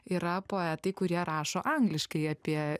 yra poetai kurie rašo angliškai apie